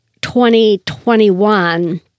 2021